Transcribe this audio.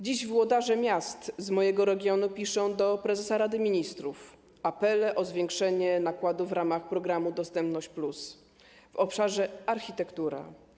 Dziś włodarze miast z mojego regionu piszą do prezesa Rady Ministrów apele o zwiększenie nakładów w ramach programu „Dostępność+” w obszarze architektura.